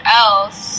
else